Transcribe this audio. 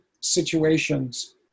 situations